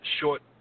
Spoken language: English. Short